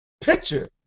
picture